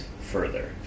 further